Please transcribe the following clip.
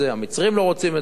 המצרים לא רוצים את זה,